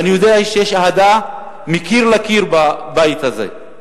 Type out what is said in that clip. ואני יודע שיש אהדה מקיר לקיר בבית הזה,